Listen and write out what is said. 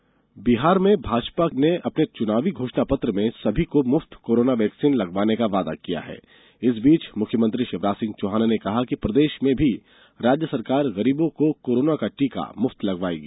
corona टीका बिहार में भाजपा ने अपने चुनावी घोषणा पत्र में सभी को मुफ्त कोरोना बैक्सीन लगवाने का वादा किया है इस बीच मुख्यमंत्री शिवराज सिंह चौहान ने प्रदेश में भी राज्य सरकार गरीबों को कोरोना का टीका मुफ्त लगवायेगी